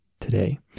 today